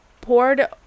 poured